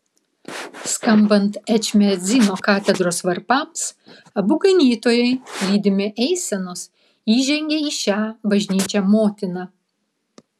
skambant ečmiadzino katedros varpams abu ganytojai lydimi eisenos įžengė į šią bažnyčią motiną